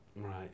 Right